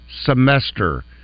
semester